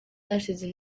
hashize